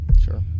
sure